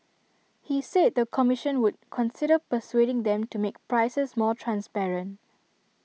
he said the commission would consider persuading them to make prices more transparent